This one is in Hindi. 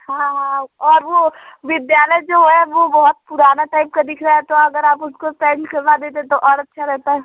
हाँ हाँ और वह विद्यालय जो है वह बहुत पुराना टाइप का दिख रहा है तो अगर आप उसको पैंट करवा देते तो और अच्छा रहता